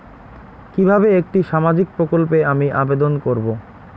কিভাবে একটি সামাজিক প্রকল্পে আমি আবেদন করব?